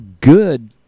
good